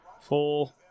four